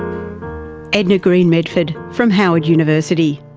edna greene medford from howard university.